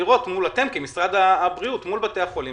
אתם כמשרד הבריאות לראות מול בתי החולים